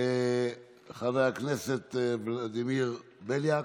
חבר הכנסת ולדימיר בליאק,